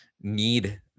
need